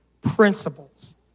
principles